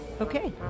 Okay